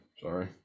Sorry